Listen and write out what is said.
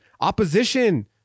opposition